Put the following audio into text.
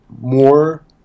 more